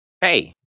hey